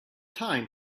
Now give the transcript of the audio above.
time